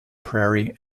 prairie